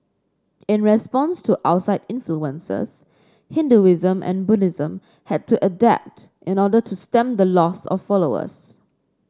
in response to outside influences Hinduism and Buddhism had to adapt in order to stem the loss of followers